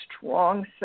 strong